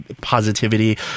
positivity